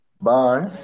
bye